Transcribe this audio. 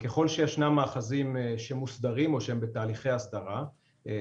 ככל שישנם מאחזים שמוסדרים או שהם בתהליכי הסדרה,